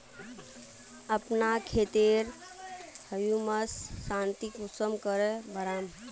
अपना खेतेर ह्यूमस शक्ति कुंसम करे बढ़ाम?